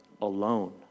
alone